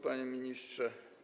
Panie Ministrze!